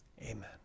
Amen